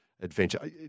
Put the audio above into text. adventure